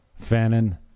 Fannin